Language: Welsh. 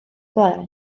gwelyau